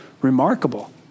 remarkable